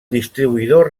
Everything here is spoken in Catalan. distribuïdor